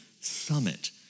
summit